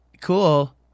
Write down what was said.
cool